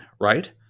right